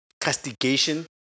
castigation